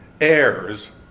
heirs